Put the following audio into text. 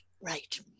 right